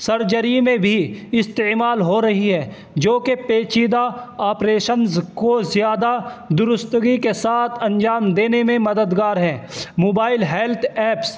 surgery میں بھی استعمال ہو رہی ہے جوکہ پیچیدہ آپریشنز کو زیادہ درستگی کے ساتھ انجام دینے میں مددگار ہے موبائل ہیلتھ ایپس